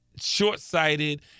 short-sighted